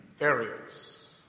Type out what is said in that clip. Areas